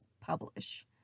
publish